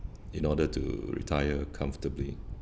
in order to retire comfortably